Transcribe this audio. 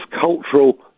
cultural